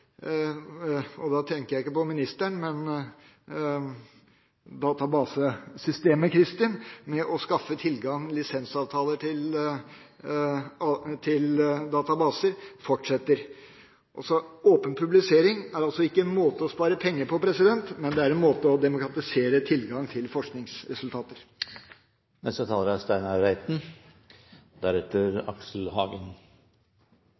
og da tenker jeg ikke på ministeren, men på databasesystemet Cristin – med å skaffe tilgang og lisensavtaler til databaser fortsetter. Åpen publisering er altså ikke en måte å spare penger på, men en måte å demokratisere tilgang til forskningsresultater på. Den maritime næringen er